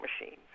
machines